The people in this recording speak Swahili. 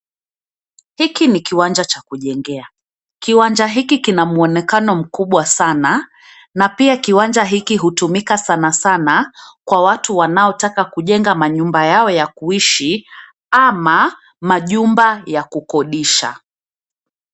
Hiki ni kiwanja cha kujengea. Kiwanja hiki kina muonekano mkubwa sana na pia kiwanja hiki hutumika sana sana kwa watu wanao wanataka kujenga manyumba yao ya kuishi ama majumba ya kukodisha.